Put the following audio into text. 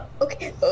okay